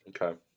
okay